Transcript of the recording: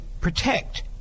protect